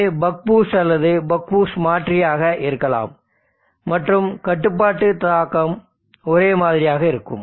இது buck boost அல்லது buck boost மாற்றியாக இருக்கலாம் மற்றும் கட்டுப்பாட்டு தர்க்கம் ஒரே மாதிரியாக இருக்கும்